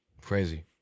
Crazy